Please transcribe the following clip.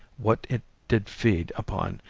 what it did feed upon,